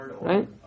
right